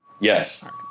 Yes